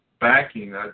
backing